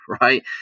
right